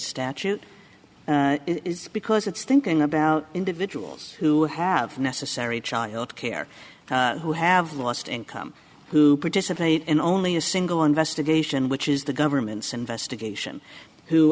statute is because it's thinking about individuals who have the necessary child care who have lost income who participate in only a single investigation which is the government's investigation who